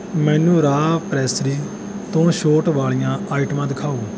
ਮੈਨੂੰ ਰਾ ਪ੍ਰੈਸਰੀ ਤੋਂ ਛੋਟ ਵਾਲੀਆਂ ਆਈਟਮਾਂ ਦਿਖਾਉ